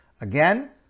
again